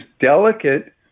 delicate